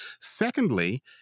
Secondly